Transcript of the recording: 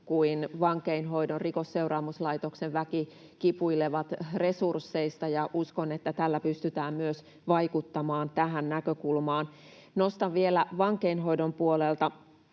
kuin vankeinhoidon Rikosseuraamuslaitoksen väki kipuilevat resursseista, ja uskon, että tällä pystytään myös vaikuttamaan tähän näkökulmaan. Nostan vielä vankeinhoidon puolelta